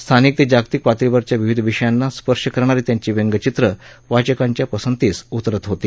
स्थानिक ते जागतिक पातळीवरच्या विविध विषयांना स्पर्श करणारी त्यांची व्यंगचित्र वाचकांच्या पसंतीस उतरत होती